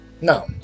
No